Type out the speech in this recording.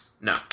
No